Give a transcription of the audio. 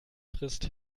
frisst